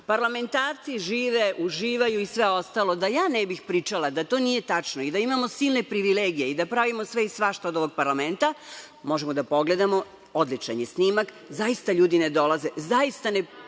„Parlamentarci žive, uživaju i sve ostalo“. Da ja ne bih pričala da to nije tačno i da imamo silne privilegije i da pravimo sve i svašta od ovog parlamenta, možemo da pogledamo, odličan je snimak, zaista ljudi ne dolaze, primaju